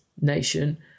nation